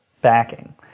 backing